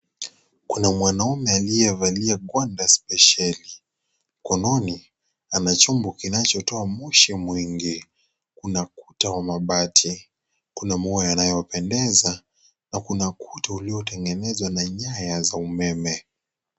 Kuna mwanaume aliyevalia gwanda spesheli, mkononi ana chombo kinachotoa moshi mwingi. Kuna ukuta wa mabati, kuna muua unaopendeza na kuna ukuta uliotengenezwa na nyaya za umeme.